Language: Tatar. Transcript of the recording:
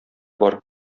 бар